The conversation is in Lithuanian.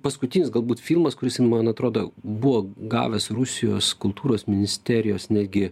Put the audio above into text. paskutinis galbūt filmas kuris ten man atrodo buvo gavęs rusijos kultūros ministerijos netgi